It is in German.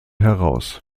heraus